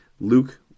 Luke